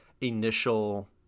initial